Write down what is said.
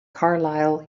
carlisle